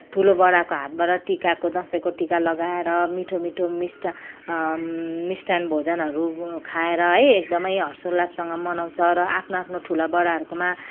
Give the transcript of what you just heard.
ठुलोबडाको हातबाट टिकाको दसैँको टिका लगाएर मिठो मिठो मिस्ट मिष्ठान भोजनहरू खाएर है एकदमै हर्षोल्लाससँग मनाउँछ र आफ्नो आफ्नो ठुला बडाहरूकोमा